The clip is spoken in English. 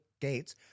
Gates